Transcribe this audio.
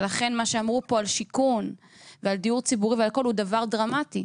לכן מה שאמרו פה על שיכון ועל דיור ציבורי הוא דבר דרמטי.